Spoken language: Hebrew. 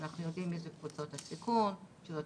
אנחנו יודעים מי זה קבוצות הסיכון, שזאת